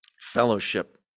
Fellowship